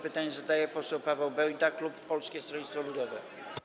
Pytanie zadaje poseł Paweł Bejda, klub Polskiego Stronnictwa Ludowego.